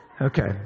Okay